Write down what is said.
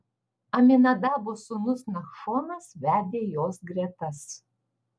aminadabo sūnus nachšonas vedė jos gretas